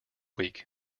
week